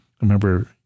remember